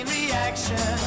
reaction